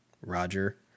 Roger